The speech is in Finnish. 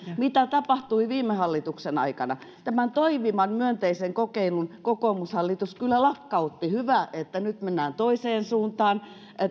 mitä tapahtui viime hallituksen aikana tämän toimivan myönteisen kokeilun kokoomushallitus kyllä lakkautti hyvä että nyt mennään toiseen suuntaan